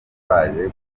baje